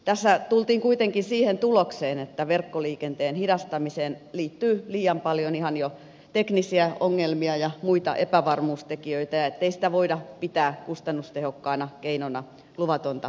tässä tultiin kuitenkin siihen tulokseen että verkkoliikenteen hidastamiseen liittyy liian paljon ihan jo teknisiä ongelmia ja muita epävarmuustekijöitä niin ettei sitä voida pitää kustannustehokkaana keinona luvatonta verkkojakelua vastaan